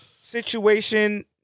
situation